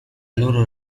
loro